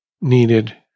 needed